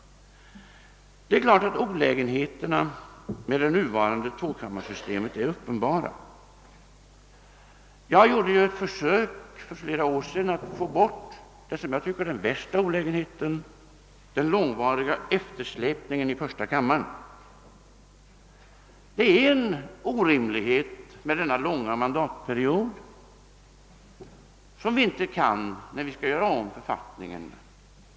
Det är klart att olägenheterna med det nuvarande tvåkammarsystemet är uppenbara. För flera år sedan gjorde jag ett försök att få bort det som jag tycker är den värsta olägenheten, nämligen den långvariga eftersläpningen i första kammaren. Denna långa mandatperiod är en orimlighet som vi inte kan motivera när vi skall göra om författningen.